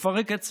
יפרק את צה"ל.